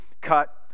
cut